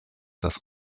das